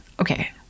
okay